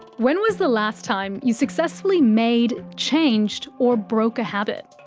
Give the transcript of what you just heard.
when was the last time you successfully made, changed or broke a habit?